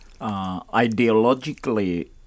Ideologically